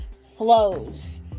flows